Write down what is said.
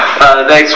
Thanks